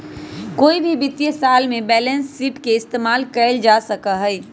कोई भी वित्तीय साल में बैलेंस शीट के इस्तेमाल कइल जा सका हई